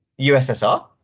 ussr